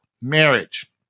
marriage